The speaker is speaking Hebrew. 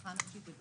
הרווחה הנפשית ואת